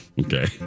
Okay